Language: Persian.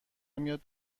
میاد